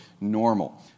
normal